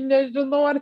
nežinau ar